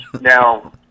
now